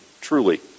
truly